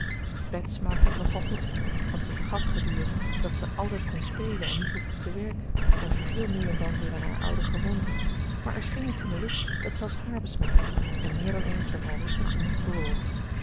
bets maakte het nogal goed want ze vergat gedurig dat ze altijd kon spelen en niet hoefde te werken en verviel nu en dan weer in haar oude gewoonten maar er scheen iets in de lucht dat zelfs haar besmette en meer dan eens werd haar rustig gemoed bewogen